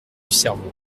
cerveau